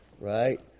right